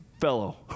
fellow